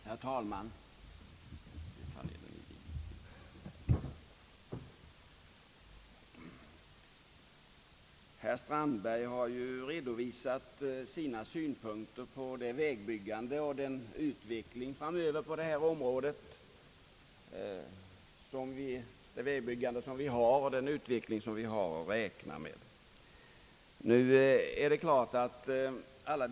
Herr talman! Herr Strandberg har redovisat sina synpunkter på det vägbyggande som vi har och den utveckling framöver som vi har att räkna med på detta område.